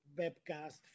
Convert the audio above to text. webcast